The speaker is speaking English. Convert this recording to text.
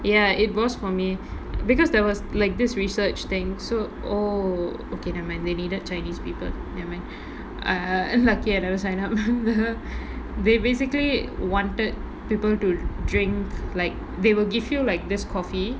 ya it was for me because there was like this research thing so oh okay never mind they needed chinese people never mind err lucky I never sign up they basically wanted people to drink like they will give you like this coffee